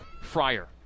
Fryer